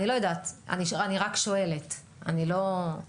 אם אנחנו נתחיל בזמן, כלומר שבוע הבא כמו